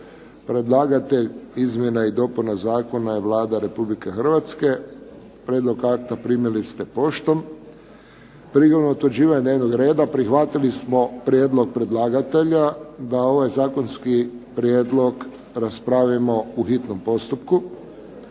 Predlagatelj izmjena i dopuna zakona je Vlada Republike Hrvatske. Prijedlog akta primili ste poštom. Prigodom utvrđivanja dnevnog reda prihvatili smo prijedlog predlagatelja da ovaj zakonski prijedlog raspravimo u hitnom postupku.